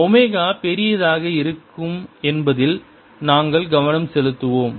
omega பெரியதாக இருக்கும் என்பதில் நாங்கள் கவனம் செலுத்துவோம்